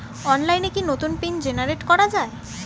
অনলাইনে কি নতুন পিন জেনারেট করা যায়?